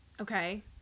Okay